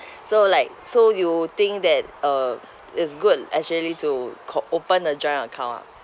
so like so you think that uh is good actually to co~ open a joint account ah